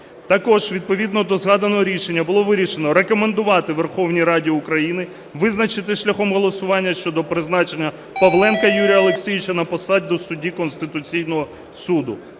Також відповідно до згаданого рішення було вирішено рекомендувати Верховній Раді України визначити шляхом голосування щодо призначення Павленка Юрія Олексійовича на посаду судді Конституційного Суду.